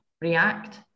react